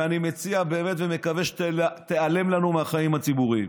ואני מציע באמת ומקווה שתיעלם לנו מהחיים הציבוריים.